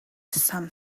some